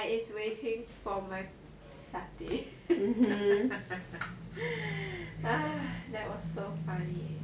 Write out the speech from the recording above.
I is waiting for my satay that was so funny